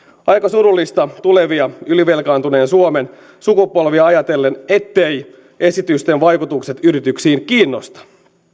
aika surullista tulevia ylivelkaantuneen suomen sukupolvia ajatellen etteivät esitysten vaikutukset yrityksiin kiinnosta